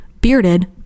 bearded